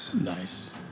Nice